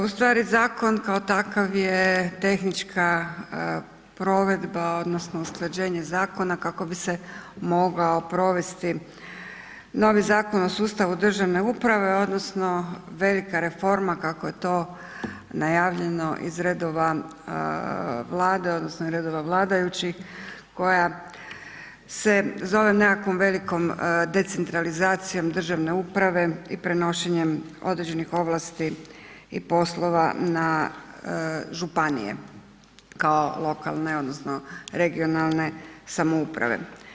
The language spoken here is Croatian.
Ustvari zakon kao takav je tehnička provedba odnosno usklađenje zakona kako bi se mogao provesti novi Zakon o sustavu državne uprave odnosno velika reforma kako je to najavljeno iz redova Vlade odnosno redova vladajućih koja se zove nekakvom velikom decentralizacijom državne uprave i prenošenjem određenih ovlasti i poslova na županije kao lokalne odnosno regionalne samouprave.